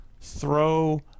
throw